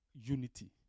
Unity